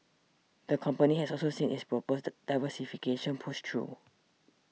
the company has also seen its proposed diversification pushed through